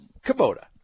Kubota